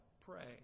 pray